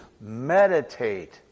meditate